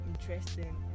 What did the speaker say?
interesting